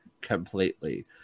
completely